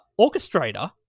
Orchestrator